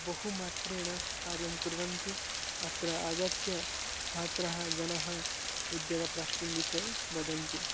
बहु मात्रेण कार्यं कुर्वन्ति अत्र आगत्य छात्राः जनाः उद्योगप्राप्तिं विषये वदन्ति